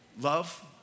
love